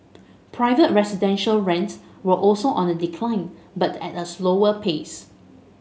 private residential rents were also on the decline but at a slower pace